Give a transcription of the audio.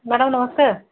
madam ନମସ୍କାର